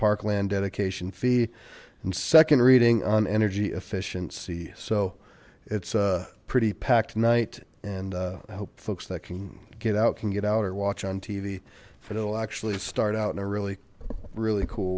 parkland dedication fee and second reading on energy efficiency so it's a pretty packed night and i hope folks that can get out can get out or watch on tv but it'll actually start out in a really really cool